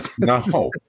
No